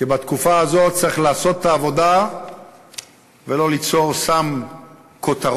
כי בתקופה הזאת צריך לעשות את העבודה ולא ליצור סתם כותרות,